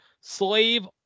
slave